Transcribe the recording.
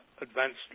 advanced